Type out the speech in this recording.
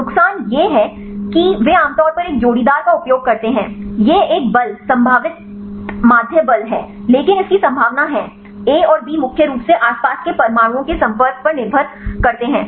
नुकसान यह है कि वे आमतौर पर एक जोड़ीदार का उपयोग करते हैं यह एक बल संभावित माध्य बल है लेकिन इसकी संभावना है A और B मुख्य रूप से आसपास के परमाणुओं के संपर्क पर निर्भर करते हैं